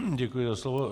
Děkuji za slovo.